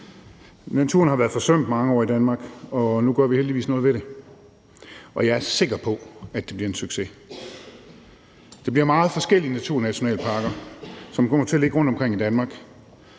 Naturen har været forsømt i mange år i Danmark, og nu gør vi heldigvis noget ved det. Og jeg er sikker på, at det bliver en succes. Det bliver meget forskellige naturnationalparker, som kommer til at ligge rundtomkring i Danmark.